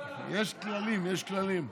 יש כללים, יש כללים.